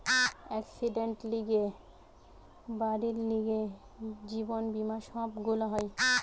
একসিডেন্টের লিগে, বাড়ির লিগে, জীবন বীমা সব গুলা হয়